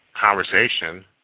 conversation